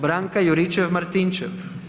Branka Juričev-Martinčev.